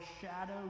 shadow